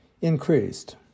increased